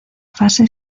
fase